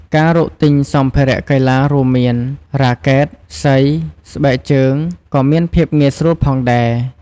ការរកទិញសម្ភារៈកីឡា រួមមាន រ៉ាកែត សី ស្បែកជើង ក៏មានភាពងាយស្រួលផងដែរ។